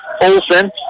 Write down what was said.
Olson